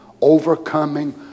overcoming